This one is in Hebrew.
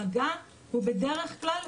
המגע הוא בדרך כלל